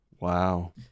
Wow